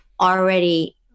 already